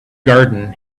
garden